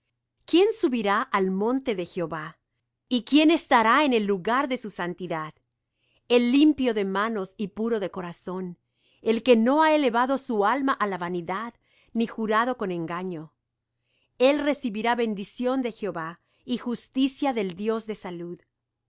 quién subirá al monte de jehová y quién estará en el lugar de su santidad el limpio de manos y puro de corazón el que no ha elevado su alma á la vanidad ni jurado con engaño el recibirá bendición de jehová y justicia del dios de salud tal